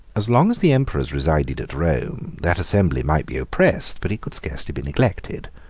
as long as the emperors resided at rome, that assembly might be oppressed, but it could scarcely be neglected.